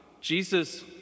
Jesus